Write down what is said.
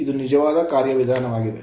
ಇದು ನಿಜವಾದ ಕಾರ್ಯವಿಧಾನವಾಗಿದೆ